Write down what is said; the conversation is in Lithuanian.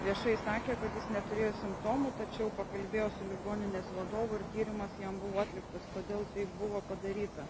viešai sakė kad jis neturėjo simptomų tačiau pakalbėjo ligoninės vadovu ir tyrimas jam buvo atliktas kodėl tai buvo padaryta